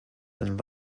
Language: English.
and